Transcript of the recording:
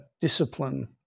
discipline